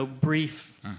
brief